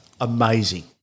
amazing